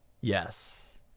Yes